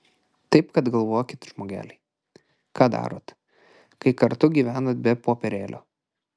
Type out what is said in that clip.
taip kad galvokit žmogeliai ką darot kai kartu gyvenat be popierėlio